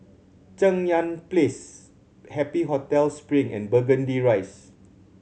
Cheng Yan Place Happy Hotel Spring and Burgundy Rise